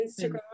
instagram